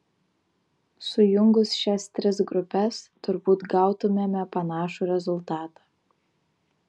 sujungus šias tris grupes turbūt gautumėme panašų rezultatą